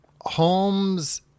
Holmes